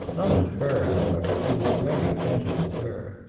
not at her, however. he was very gentle with her.